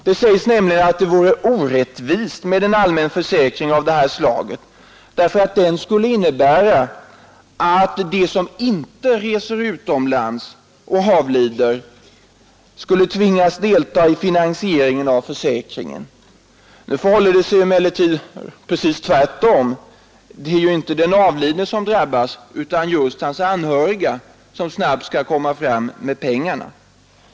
Där sägs nämligen att det vore orättvist med en allmän försäkring av det här slaget, därför att den skulle innebära att de som inte reser utomlands och avlider skulle tvingas delta i finansieringen av försäkringen. Nu förhåller det sig emellertid tvärtom. Det är ju inte den avlidne som drabbas utan just hans anhöriga, som snabbt skall komma fram med pengarna.